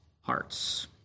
hearts